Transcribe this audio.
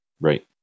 Right